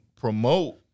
promote